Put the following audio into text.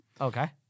Okay